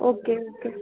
okay okay